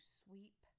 sweep